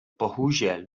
bohužel